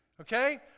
okay